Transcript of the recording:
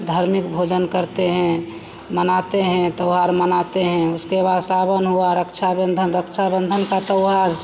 धार्मिक भोजन करते हैं मनाते हैं त्योहार मनाते हैं उसके बाद सावन हुआ रक्षाबन्धन रक्षाबन्धन का त्योहार